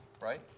Right